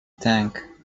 tank